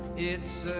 it's